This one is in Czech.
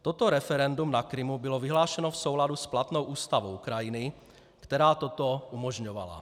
Toto referendum na Krymu bylo vyhlášeno v souladu s platnou ústavou Ukrajiny, která toto umožňovala.